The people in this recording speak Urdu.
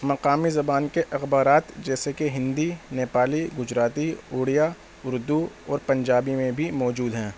مقامی زبان کے اخبارات جیسے کہ ہندی نیپالی گجراتی اوڑیا اردو اور پنجابی میں بھی موجود ہیں